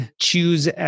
Choose